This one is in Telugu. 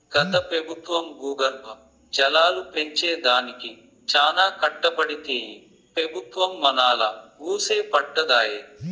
గత పెబుత్వం భూగర్భ జలాలు పెంచే దానికి చానా కట్టబడితే ఈ పెబుత్వం మనాలా వూసే పట్టదాయె